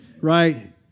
right